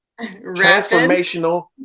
transformational